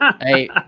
hey